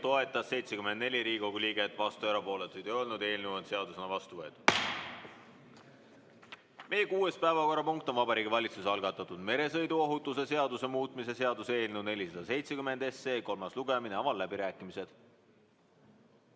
toetas 74 Riigikogu liiget, vastuolijaid ega erapooletuid ei olnud. Eelnõu on seadusena vastu võetud. Meie kuues päevakorrapunkt on Vabariigi Valitsuse algatatud meresõiduohutuse seaduse muutmise seaduse eelnõu 470 kolmas lugemine. Avan läbirääkimised.